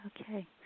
Okay